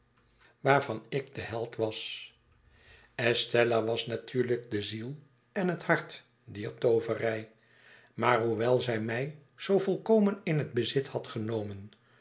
waarvan ik de held was estella was natuurlijk de ziel en net hart dier tooverij maar hoewel zij mij zoo volkomen in het bezit had genomen